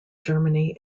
germany